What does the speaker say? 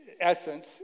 essence